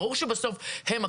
ברור שבסוף הם הכתובת,